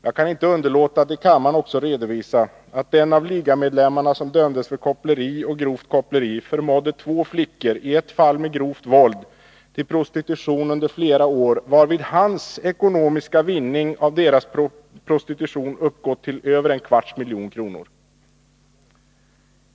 Jag kan inte underlåta att för kammaren också redovisa att den av ligamedlemmarna som dömdes för koppleri och grovt koppleri förmådde två flickor, i ett fall med grovt våld, till prostitution under flera år, varvid hans ekonomiska vinning av deras prostitution uppgått till över en kvarts miljon kronor.